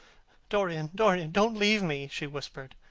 dorian, dorian, don't leave me! she whispered.